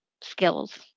skills